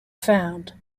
found